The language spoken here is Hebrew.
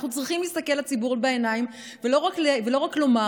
אנחנו צריכים להסתכל לציבור בעיניים ולא רק לומר